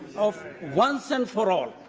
once and for all.